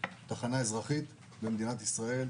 על תחנה אזרחית במדינת ישראל,